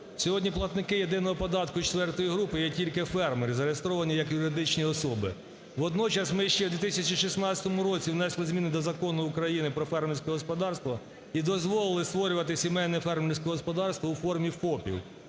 Сьогодні платники єдиного податку четвертої групи є тільки фермери, зареєстровані як юридичні особи. Водночас, ми ще в 2016 році внесли зміни до Закону України "Про фермерські господарства" і дозволили створювати сімейні фермерські господарства у формі ФОПів.